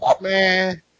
Man